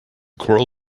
coral